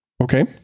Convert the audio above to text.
Okay